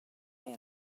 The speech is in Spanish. que